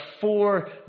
four